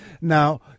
now